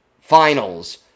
finals